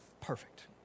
Perfect